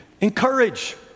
Encourage